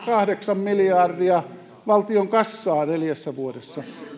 kahdeksan miljardia valtion kassaa neljässä vuodessa